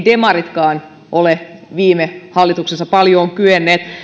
demaritkaan ole viime hallituksessa paljoon kyenneet